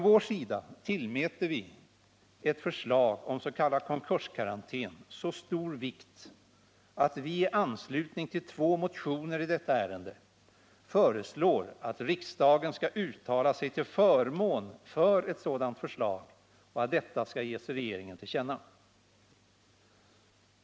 Vi tillmäter ett förslag om s.k. konkurskarantän så stor vikt att vi i anslutning till två motioner i detta ärende föreslår att riksdagen skall uttala sig till förmån för ett sådant förslag och att detta skall ges regeringen till känna.